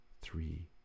three